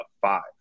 five